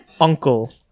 uncle